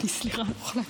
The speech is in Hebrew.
סליחה, אני לא יכולה.